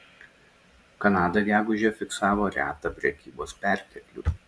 kanada gegužę fiksavo retą prekybos perteklių